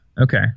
Okay